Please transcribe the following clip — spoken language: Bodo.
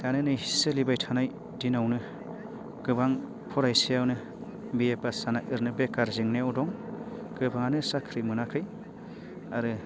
दानि नै सोलिबाय थानाय दिनावनो गोबां फरायसायानो बिए पास जाना ओरैनो बेखार जेंनायाव दं गोबाङानो साख्रि मोनाखै आरो